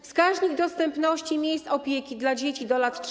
Wskaźnik dostępności miejsc opieki dla dzieci do lat 3.